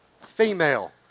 Female